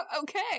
okay